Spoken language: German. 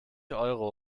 euro